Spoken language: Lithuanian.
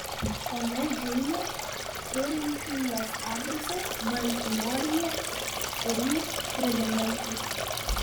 ponia džeinė turinti jos adresą baltimorėje ir jį pridedanti